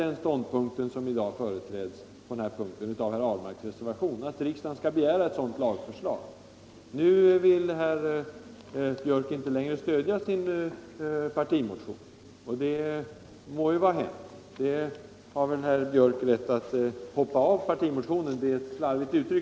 Den ståndpunkten — att riksdagen skall begära ett sådant lagförslag — företräds i dag av herr Ahlmarks reservation. Nu vill herr Björck i Nässjö inte längre stödja sin partimotion. Det må vara hänt. Herr Björck har väl rätt att hoppa av partimotionen.